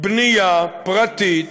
בנייה פרטית,